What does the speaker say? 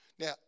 Now